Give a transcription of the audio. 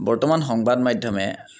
বৰ্তমান সংবাদ মাধ্যমে